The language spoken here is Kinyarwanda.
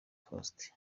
faustin